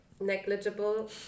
negligible